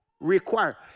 require